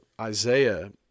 Isaiah